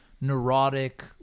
neurotic